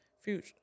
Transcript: future